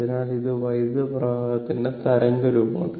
അതിനാൽ ഇത് വൈദ്യുത പ്രവാഹത്തിന്റെ തരംഗരൂപമാണ്